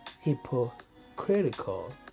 hypocritical